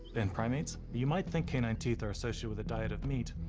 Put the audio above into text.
in primates, you might think canine teeth are associated with a diet of meat,